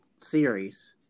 series